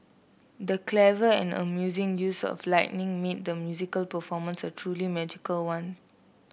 the clever and amusing use of lighting made the musical performance a truly magical one